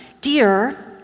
dear